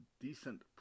decent